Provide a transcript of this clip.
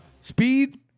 Speed